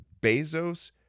Bezos